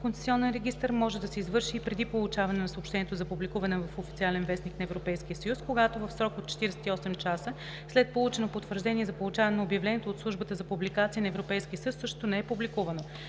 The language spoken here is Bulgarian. концесионен регистър може да се извърши и преди получаване на съобщението за публикуване в „Официален вестник“ на Европейския съюз, когато в срок от 48 часа след получено потвърждение за получаване на обявлението от Службата за публикации на Европейския съюз същото не е публикувано.“